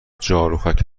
جاروخاک